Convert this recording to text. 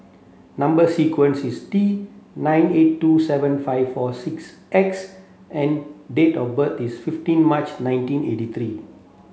number sequence is T nine eight two seven five four six X and date of birth is fifteen March nineteen eighty three